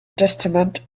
testament